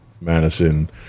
Madison